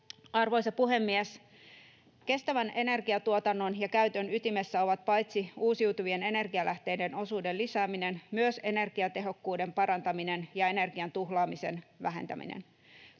Arvoisa puhemies! Kestävän energiantuotannon ja ‑käytön ytimessä ovat paitsi uusiutuvien energialähteiden osuuden lisääminen myös energiatehokkuuden parantaminen ja energian tuhlaamisen vähentäminen.